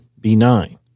benign